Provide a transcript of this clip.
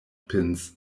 pins